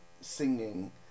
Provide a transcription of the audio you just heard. singing